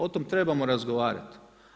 O tome trebamo razgovarati.